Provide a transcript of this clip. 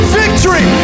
victory